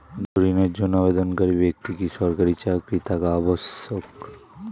গৃহ ঋণের জন্য আবেদনকারী ব্যক্তি কি সরকারি চাকরি থাকা আবশ্যক?